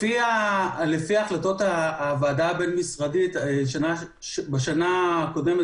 לפי החלטות הוועדה הבין משרדית בשנה הקודמת